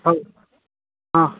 ହଉ ହଁ